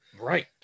right